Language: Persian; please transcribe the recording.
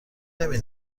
نمی